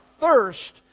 thirst